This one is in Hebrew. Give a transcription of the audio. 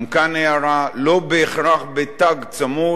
גם כאן הערה: לא בהכרח בתג צמוד,